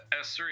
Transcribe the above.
S3